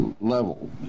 level